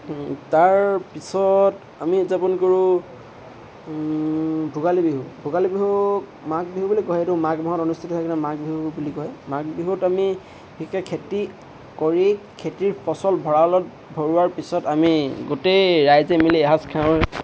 তাৰ পিছত আমি উদযাপন কৰোঁ ভোগালী বিহু ভোগালী বিহুক মাঘ বিহু বুলি কয় সেইটো মাঘ মাহত অনুষ্ঠিত হয় কাৰণে মাঘ বিহু বুলি কয় মাঘ বিহুত আমি বিশেষকৈ খেতি কৰি খেতিৰ ফচল ভঁৰালত ভৰোৱাৰ পিছত আমি গোটেই ৰাইজে মিলি এসাঁজ খাওঁ